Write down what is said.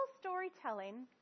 storytelling